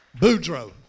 Boudreaux